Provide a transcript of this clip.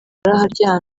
aharyana